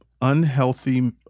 unhealthy